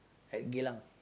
at Geylang